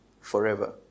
forever